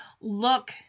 look